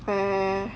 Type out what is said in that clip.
where